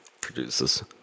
produces